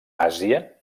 àsia